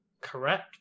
Correct